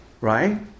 right